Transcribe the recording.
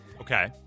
Okay